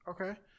Okay